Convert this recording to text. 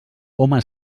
home